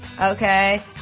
Okay